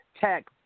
tech